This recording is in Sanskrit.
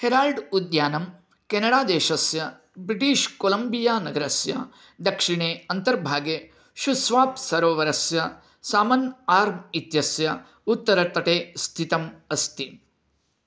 हेराल्ड् उद्यानं केनेडादेशस्य ब्रिटिश् कोलम्बियानगरस्य दक्षिणे अन्तर्भागे शुस्वाप् सरोवरस्य सामन् आर्ब् इत्यस्य उत्तरतटे स्थितम् अस्ति